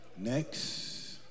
Next